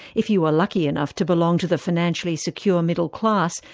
if you were lucky enough to belong to the financially secure middle class,